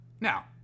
Now